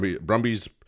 Brumbies